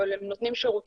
אבל הם נותנים שירותים